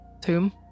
tomb